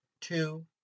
Two